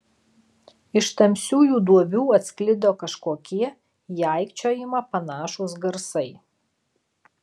iš tamsiųjų duobių atsklido kažkokie į aikčiojimą panašūs garsai